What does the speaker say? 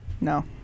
No